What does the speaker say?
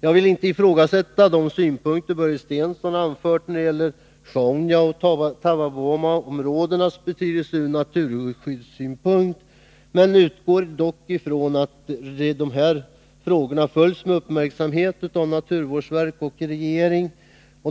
Jag vill inte ifrågasätta de synpunkter som Börje Stensson anfört beträffande Sjaunjaoch Taavavuomaområdenas betydelse ur naturskyddssynpunkt. Men jag utgår från att de här frågorna följs med uppmärksamhet av naturvårdsverket och regeringen.